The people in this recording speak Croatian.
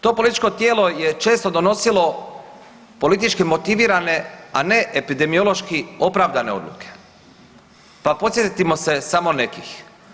To političko tijelo je često donosilo politički motivirane, a ne epidemiološki opravdane odluke, pa podsjetimo se samo nekih.